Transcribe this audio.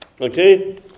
Okay